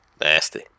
Nasty